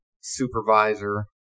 supervisor